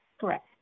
correct